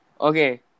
Okay